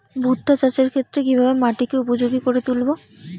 ভুট্টা চাষের ক্ষেত্রে কিভাবে মাটিকে উপযোগী করে তুলবো?